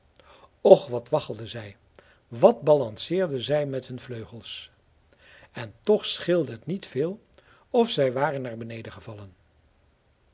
och wat waggelden zij wat balanceerden zij met hun vleugels en toch scheelde het niet veel of zij waren naar beneden gevallen